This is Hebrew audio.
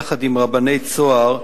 יחד עם רבני "צהר",